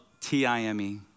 T-I-M-E